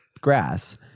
grass